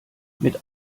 mit